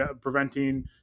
preventing